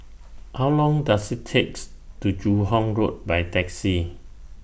How Long Does IT takes to Joo Hong Road By Taxi